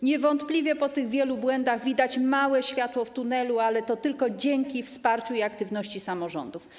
Niewątpliwie po tych wielu błędach widać małe światło w tunelu, ale to tylko dzięki wsparciu i aktywności samorządów.